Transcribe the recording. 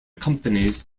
companies